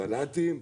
סלטים.